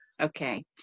Okay